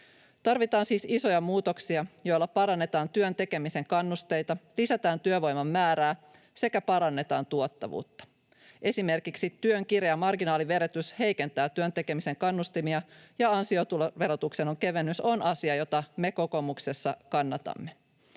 Tarvitaan siis isoja muutoksia, joilla parannetaan työn tekemisen kannusteita, lisätään työvoiman määrää sekä parannetaan tuottavuutta. Esimerkiksi työn kireä marginaaliverotus heikentää työn tekemisen kannustimia, ja ansiotuloverotuksen kevennys on asia, jota me kokoomuksessa kannatamme.